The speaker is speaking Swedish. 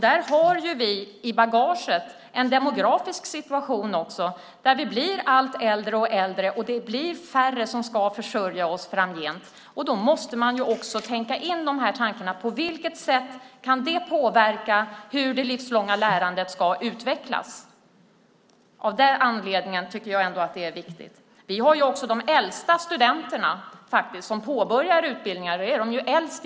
Vi har också i bagaget en demografisk situation där vi blir allt äldre och där det blir färre som ska försörja oss framöver. Då måste man också tänka tankarna om på vilket sätt det kan påverka hur det livslånga lärandet ska utvecklas. Av den anledningen tycker jag ändå att det är viktigt. Vi har också de äldsta studenterna som påbörjar utbildningar. I Sverige är de äldst.